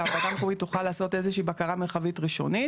שהוועדה המקומית תוכל לעשות איזה שהיא בקרה מרחבית ראשונית.